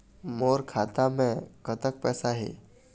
मोर खाता मे कतक पैसा हे?